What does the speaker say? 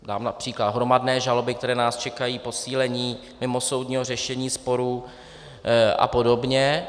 dám například hromadné žaloby, které nás čekají, posílení mimosoudního řešení sporů apod.